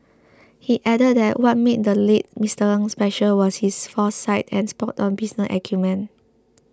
he added that what made the late Mister Ng special was his foresight and spoton business acumen